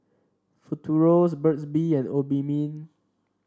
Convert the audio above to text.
Futuro's Burt's Bee and Obimin